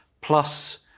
Plus